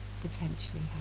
potentially